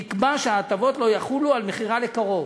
נקבע שההטבות לא יחולו על מכירה לקרוב.